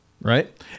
Right